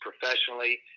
professionally